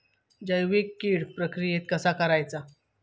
जैविक कीड प्रक्रियेक कसा करायचा?